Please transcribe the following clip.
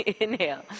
inhale